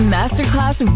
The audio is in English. Masterclass